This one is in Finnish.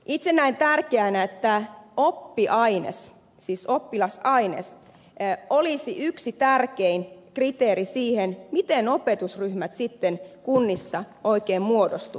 itse näen tärkeänä että oppilasaines olisi yksi tärkein kriteeri siihen miten opetusryhmät kunnissa oikein muodostuvat